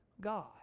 God